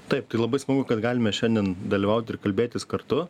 taip labai smagu kad galime šiandien dalyvaut ir kalbėtis kartu